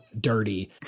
dirty